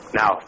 now